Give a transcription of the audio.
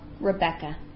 Rebecca